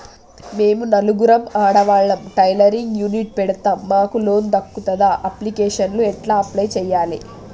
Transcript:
మేము నలుగురం ఆడవాళ్ళం టైలరింగ్ యూనిట్ పెడతం మాకు లోన్ దొర్కుతదా? అప్లికేషన్లను ఎట్ల అప్లయ్ చేయాలే?